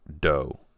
dough